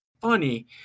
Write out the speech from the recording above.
funny